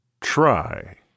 Try